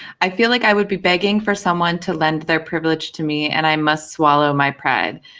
i feel like i would be begging for someone to lend their privilege to me, and i must swallow my pride.